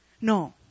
No